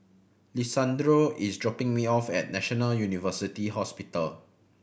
Lisandro is dropping me off at National University Hospital